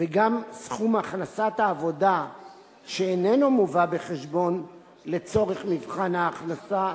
וגם סכום הכנסת העבודה שאיננו מובא בחשבון לצורך מבחן ההכנסה,